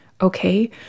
Okay